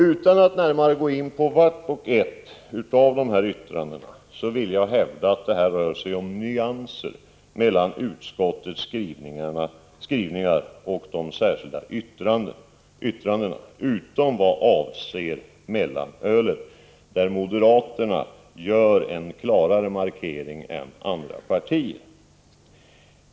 Utan att närmare gå in på vart och ett av dessa yttranden vill jag hävda att det rör sig om nyanser mellan utskottets skrivningar och de särskilda yttrandena, utom i vad avser mellanölet, där moderaterna gör en klarare markering än övriga partier.